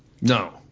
No